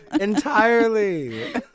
entirely